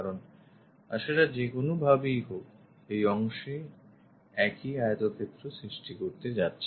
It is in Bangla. কারণ সেটা যেকোনোভাবেই হোক এই অংশে একই আয়তক্ষেত্র সৃষ্টি করতে যাচ্ছে